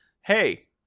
hey